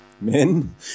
men